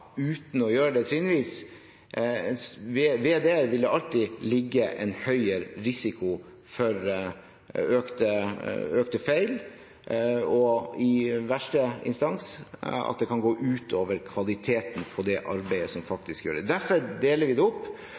uten å gjøre det trinnvis, og i verste instans kan det gå ut over kvaliteten på det arbeidet som faktisk gjøres. Derfor deler vi det opp.